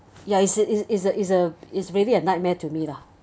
ya it's a is a is a is a is really a nightmare to me lah